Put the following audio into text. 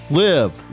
live